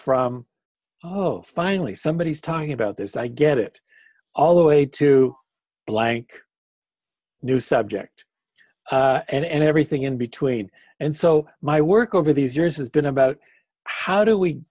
from oh finally somebody is talking about this i get it all the way to blank new subject and everything in between and so my work over these years has been about how do we